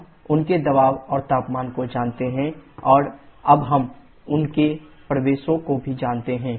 हम उनके दबाव और तापमान को जानते हैं और अब हम उनके प्रवेशों को भी जानते हैं